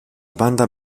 banda